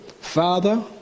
Father